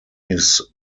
his